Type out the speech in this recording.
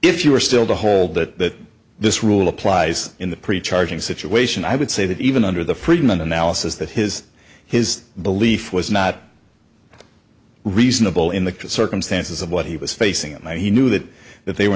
if you are still to hold that this rule applies in the pretty charging situation i would say that even under the freedom analysis that his his belief was not reasonable in the circumstances of what he was facing and he knew that that they were